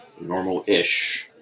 normal-ish